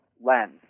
lens